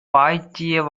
பாய்ச்சிய